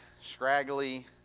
scraggly